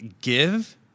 give